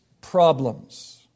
problems